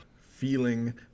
feeling